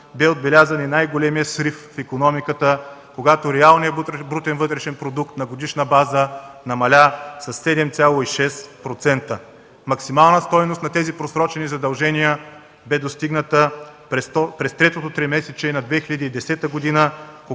бе отбелязано най големия срив в икономиката, когато реалният брутен вътрешен продукт на годишна база намаля с 7,6%. Максимална стойност на тези просрочени задължения бе достигната през третото тримесечие на 2010 г.,